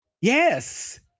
Yes